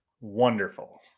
Wonderful